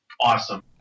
awesome